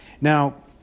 Now